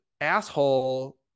asshole